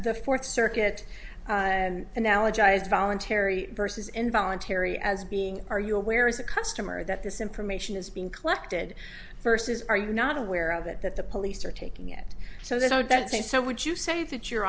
the fourth circuit and analogized voluntary versus involuntary as being are you aware as a customer that this information is being collected versus are you not aware of it that the police are taking it so that i would that say so would you say that your